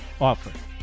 offer